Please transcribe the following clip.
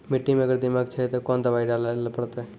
मिट्टी मे अगर दीमक छै ते कोंन दवाई डाले ले परतय?